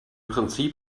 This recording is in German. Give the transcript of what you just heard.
prinzip